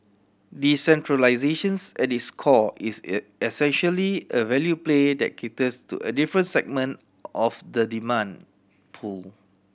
decentralisations at its core is essentially a value play that caters to a different segment of the demand pool